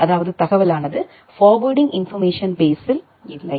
அதாவது தகவலானது forwarding information பேஸ்ஸில் இல்லை